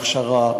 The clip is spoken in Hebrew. הכשרה,